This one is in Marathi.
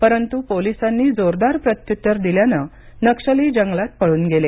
परंतु पोलिसांनी जोरदार प्रत्युतर दिल्याने नक्षली जंगलात पळून गेले